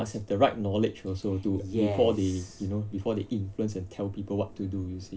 must have the right knowledge also to to before they you know before they influence and tell people what to do you see